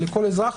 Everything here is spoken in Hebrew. לכל אזרח,